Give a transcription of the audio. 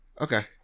Okay